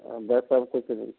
हाँ दस तारीख़ को चलेंगे